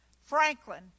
Franklin